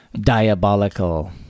Diabolical